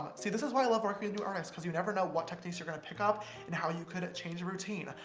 see this is why i love working with new artists, because you never know what techniques you're gonna pick up and how you could change your routine.